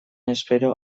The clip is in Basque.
espero